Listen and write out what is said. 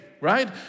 right